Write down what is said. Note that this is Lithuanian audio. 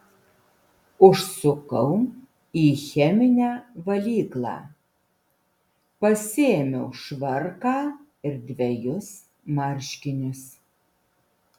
užsukau į cheminę valyklą pasiėmiau švarką ir dvejus marškinius